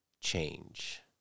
change